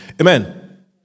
Amen